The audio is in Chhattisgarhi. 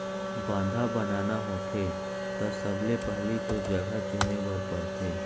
बांधा बनाना होथे त सबले पहिली तो जघा चुने बर परथे